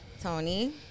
tony